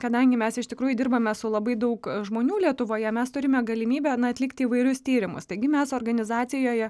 kadangi mes iš tikrųjų dirbame su labai daug žmonių lietuvoje mes turime galimybę na atlikti įvairius tyrimus taigi mes organizacijoje